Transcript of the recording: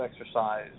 exercise